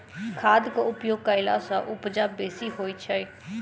खादक उपयोग कयला सॅ उपजा बेसी होइत छै